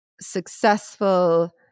successful